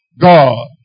God